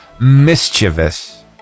mischievous